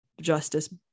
justice